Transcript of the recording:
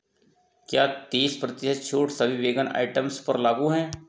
क्या तीस प्रतिशत छूट सभी वीगन आइटम्स पर लागू है